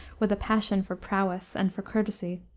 with a passion for prowess and for courtesy.